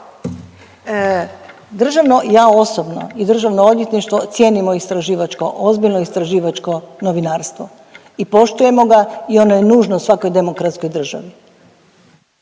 izgubili. Ja osobno i Državno odvjetništvo cijenimo istraživačko, ozbiljno istraživačko novinarstvo i poštujemo ga i ono je nužno svakoj demokratskoj državi.